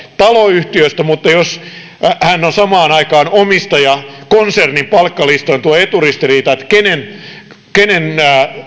taloyhtiöstä mutta jos hän on samaan aikaan omistajakonsernin palkkalistoilla tulee eturistiriita että kenen